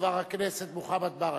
חבר הכנסת מוחמד ברכה.